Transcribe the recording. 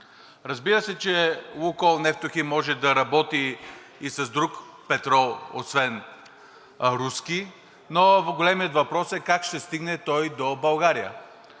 Разбира се, че „Лукойл Нефтохим“ може да работи и с друг петрол освен руски, но големият въпрос е как ще стигне той до България.